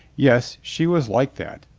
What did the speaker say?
yes, she was like that.